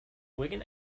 wigan